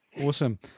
Awesome